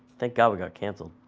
thank god we got cancelled.